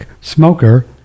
smoker